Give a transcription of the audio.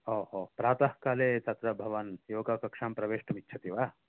ओहो प्रातः काले तत्र भवान् योग कक्षां प्रवेष्टुम् इच्छति वा